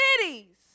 cities